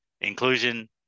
Inclusion